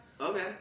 Okay